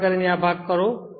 કૃપા કરીને આ ભાગ કરો